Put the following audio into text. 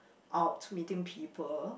out meeting people